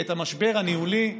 ואת המשבר הניהולי.